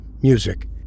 Music